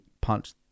punch